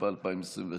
התשפ"א 2021,